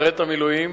משרת המילואים,